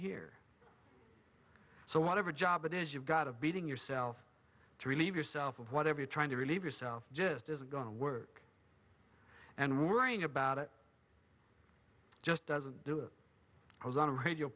here so whatever job it is you've got of beating yourself to relieve yourself of whatever you're trying to relieve yourself just isn't going to work and worrying about it just doesn't do it i was on a radio